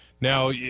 Now